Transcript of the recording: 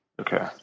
okay